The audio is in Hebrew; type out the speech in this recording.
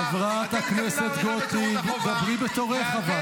חברת הכנסת גוטליב, דברי בתורך.